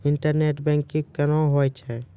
Internet banking कोना होय छै?